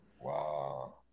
Wow